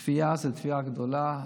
התביעה היא תביעה גדולה.